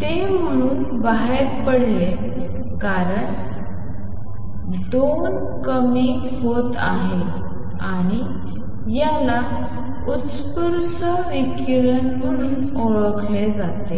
ते A21 म्हणूनबाहेर पडले कारण N2t A21 आणि 2 कमी होत आहे आणि याला उत्स्फूर्त विकिरण म्हणून ओळखले जाते